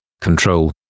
control